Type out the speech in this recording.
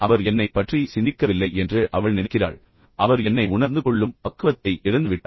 அவர் என்னைப் பற்றி சிந்திக்கவில்லை என்று அவள் நினைக்கிறாள் அவர் என்னை உணர்ந்துகொள்ளும் பக்குவத்தை இழந்துவிட்டார்